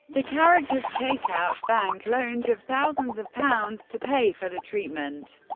the characters take out bank loans of thousands of pounds to pay for the treatment,